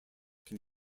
can